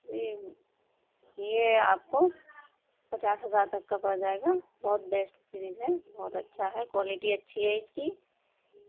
جی یہ آپ کو پچاس ہزار تک کا پڑ جائے گا بہت بیسٹ فریج ہے بہت اچھا ہے کوالٹی اچھی ہے اس کی